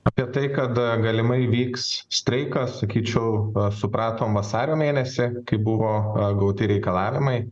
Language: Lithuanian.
apie tai kada galima vyks streikas sakyčiau supratom vasario mėnesį kai buvo gauti reikalavimai